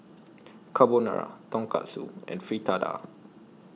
Carbonara Tonkatsu and Fritada